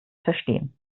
verstehen